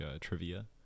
trivia